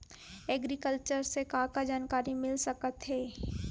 Agriculture से का का जानकारी मिल सकत हे?